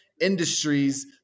industries